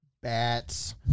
bats